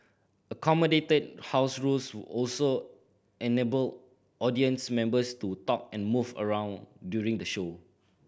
accommodated house rules also enabled audience members to talk and move around during the show